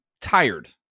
tired